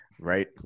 Right